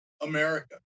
America